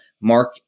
Mark